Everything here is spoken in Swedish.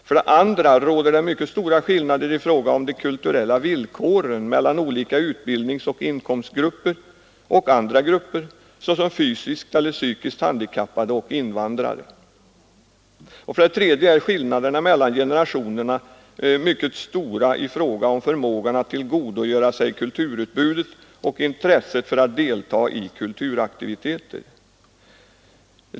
För det andra råder det mycket stora skillnader i fråga om de kulturella villkoren mellan olika utbildningsoch inkomstgrupper och andra grupper, såsom fysiskt eller psykiskt handikappade och invandrare. För det tredje är skillnaderna mellan generationerna mycket stora i fråga om förmågan att tillgodogöra sig kulturutbudet och intresset för att delta i kulturaktiviteter.